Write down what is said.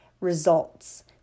results